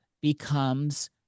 becomes